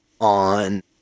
on